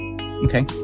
Okay